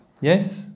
Yes